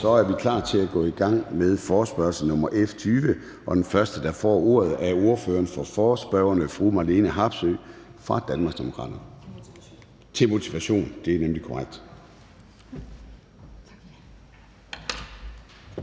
Så vi er klar til at gå i gang med forespørgsel nr. F 20, og den første, der får ordet, er ordføreren for forespørgerne, fru Marlene Harpsøe fra Danmarksdemokraterne for begrundelse.